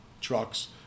trucks